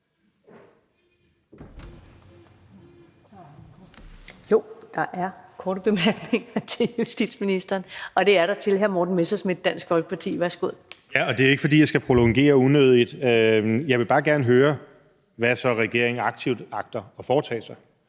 Der er korte bemærkninger til justitsministeren. Det er hr. Morten Messerschmidt, Dansk Folkeparti. Værsgo. Kl. 19:32 Morten Messerschmidt (DF): Det er ikke, fordi jeg skal prolongere unødigt. Jeg vil bare gerne høre, hvad regeringen så aktivt agter at foretage sig.